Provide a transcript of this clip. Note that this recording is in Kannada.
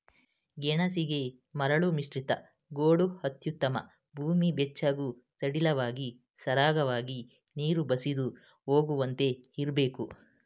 ಗೆಣಸಿಗೆ ಮರಳುಮಿಶ್ರಿತ ಗೋಡು ಅತ್ಯುತ್ತಮ ಭೂಮಿ ಬೆಚ್ಚಗೂ ಸಡಿಲವಾಗಿ ಸರಾಗವಾಗಿ ನೀರು ಬಸಿದು ಹೋಗುವಂತೆ ಇರ್ಬೇಕು